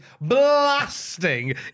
blasting